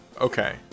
Okay